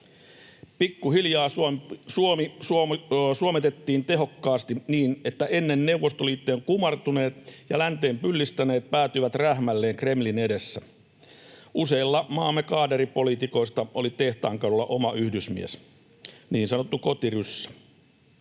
Pikkuhiljaa Suomi suometettiin tehokkaasti niin, että ennen Neuvostoliittoon kumartuneet ja länteen pyllistäneet päätyivät rähmälleen Kremlin edessä. Useilla maamme kaaderipoliitikoista oli Tehtaankadulla oma yhdysmies, niin sanottu kotiryssä.